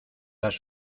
las